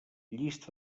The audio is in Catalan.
llista